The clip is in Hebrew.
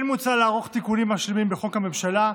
מוצע לערוך תיקונים משלימים בחוק הממשלה.